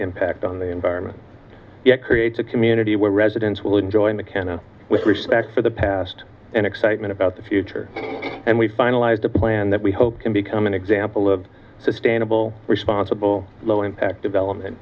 impact on the environment yet creates a community where residents will enjoy mckenna with respect for the past and excitement about the future and we finalized a plan that we hope can become an example of sustainable responsible low impact development